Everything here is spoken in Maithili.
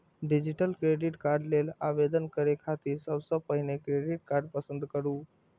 डिजिटली क्रेडिट कार्ड लेल आवेदन करै खातिर सबसं पहिने क्रेडिट कार्ड पसंद करू